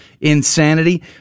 insanity